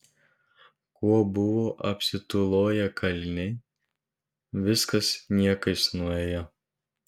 kuo buvo apsitūloję kaliniai viskas niekais nuėjo